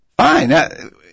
Fine